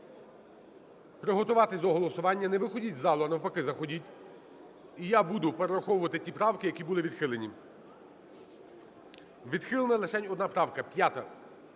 приготуватися до голосування. Не виходьте із залу, а навпаки, заходьте. І я буду перераховувати ті правки, які були відхилені. Відхилена лишень одна правка – 5-а.